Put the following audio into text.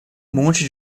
monte